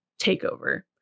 takeover